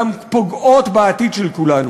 גם פוגעות בעתיד של כולנו.